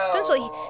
Essentially